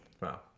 Wow